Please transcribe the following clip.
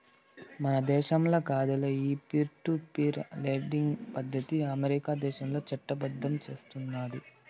మన దేశంల కాదులే, ఈ పీర్ టు పీర్ లెండింగ్ పద్దతికి అమెరికా దేశం చట్టబద్దంగా సూస్తున్నాది